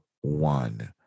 one